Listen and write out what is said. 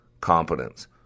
competence